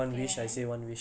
okay can